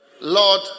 Lord